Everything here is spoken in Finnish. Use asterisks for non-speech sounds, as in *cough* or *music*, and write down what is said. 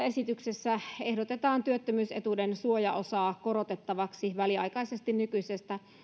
*unintelligible* esityksessä ehdotetaan työttömyysetuuden suojaosaa korotettavaksi väliaikaisesti nykyisestä